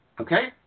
okay